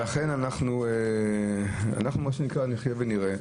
לכן אנחנו, מה שנקרא נחיה ונראה.